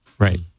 Right